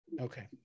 okay